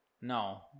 No